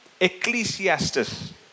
Ecclesiastes